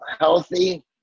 healthy